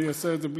אני אעשה את זה.